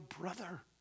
brother